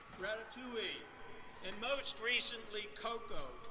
ratatouille and most recently coco,